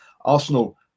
Arsenal